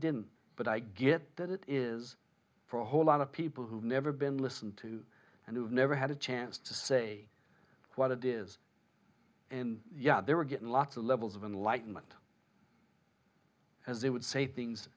didn't but i get that it is for a whole lot of people who've never been listened to and who've never had a chance to say what it is and yeah they were getting lots of levels of enlightenment as they would say things